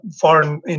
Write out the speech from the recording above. foreign